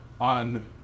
On